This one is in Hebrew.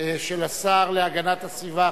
של השר להגנת הסביבה.